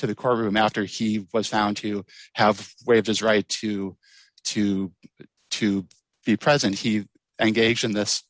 to the courtroom after he was found to have waived his right to to to be present he engaged in this